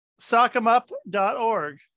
SockEmUp.org